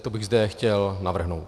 To bych zde chtěl navrhnout.